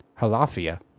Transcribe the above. Halafia